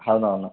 हा ना ना